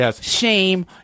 shame